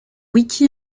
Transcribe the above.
wiki